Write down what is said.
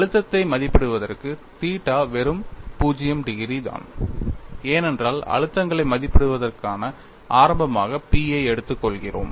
அழுத்தத்தை மதிப்பிடுவதற்கு தீட்டா வெறும் 0 டிகிரி தான் ஏனென்றால் அழுத்தங்களை மதிப்பிடுவதற்கான ஆரம்பமாக P ஐ எடுத்துக் கொள்கிறோம்